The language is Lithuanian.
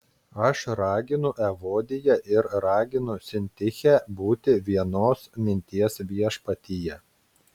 aš raginu evodiją ir raginu sintichę būti vienos minties viešpatyje